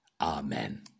Amen